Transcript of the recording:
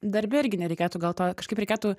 darbe irgi nereikėtų gal to kažkaip reikėtų